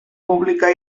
pública